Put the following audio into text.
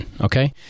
okay